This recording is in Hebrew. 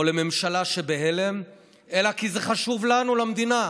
או לממשלה שבהלם, אלא כי זה חשוב לנו, למדינה,